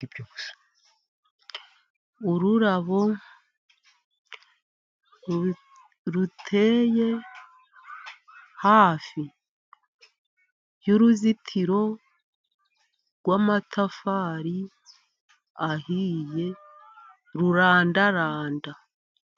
Ururabo ruteye hafi y'uruzitiro rw'amatafari ahiye rurandaranda.